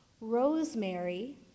Rosemary